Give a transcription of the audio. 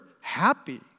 happy